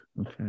Okay